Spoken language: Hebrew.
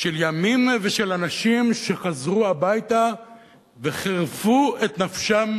של ימים ושל אנשים שחזרו הביתה וחירפו את נפשם